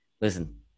listen